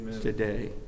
today